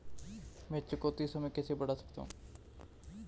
मैं चुकौती समय कैसे बढ़ा सकता हूं?